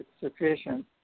sufficient